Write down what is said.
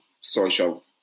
social